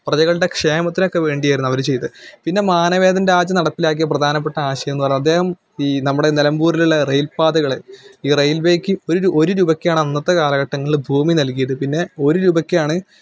പ്രജകളുടെ ക്ഷേമത്തിനൊക്കെ വേണ്ടിയായിരുന്നു അവർ ചെയ്തത് പിന്നെ മാനവേദൻ രാജ നടപ്പിലാക്കിയ പ്രധാനപ്പെട്ട ആശയം എന്ന് പറയുന്ന അദ്ദേഹം ഈ നമ്മുടെ നിലമ്പൂരിലുള്ള റെയില് പാതകൾ ഈ റെയില്വേക്ക് ഒരു രു ഒരു രൂപയ്ക്കാണ് അന്നത്തെ കാലഘട്ടങ്ങളിൽ ഭൂമി നല്കിയത് പിന്നെ ഒരു രൂപയ്ക്കാണ്